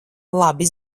labi